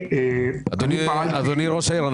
אני פעלתי --- אדוני ראש העיר,